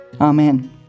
Amen